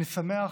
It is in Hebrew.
אני שמח,